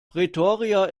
pretoria